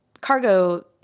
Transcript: cargo